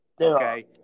okay